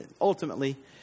ultimately